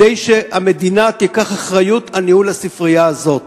כדי שהמדינה תיקח אחריות על ניהול הספרייה הזאת.